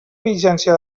vigència